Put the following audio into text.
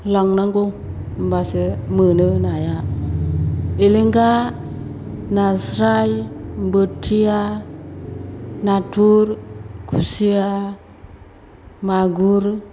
लांनांगौ होमब्लासो मोनो नाया एलेंगा नास्राय बोथिया नाथुर खुसिया मागुर